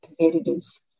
competitors